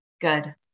good